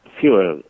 fewer